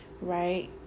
right